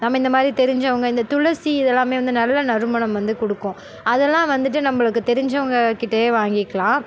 நம்ம இந்த மாதிரி தெரிஞ்சவங்க இந்த துளசி இதெல்லாமே வந்து நல்ல நறுமணம் வந்து கொடுக்கும் அதெல்லாம் வந்துகிட்டு நம்மளுக்கு தெரிஞ்சவங்ககிட்டையே வாங்கிக்கலாம்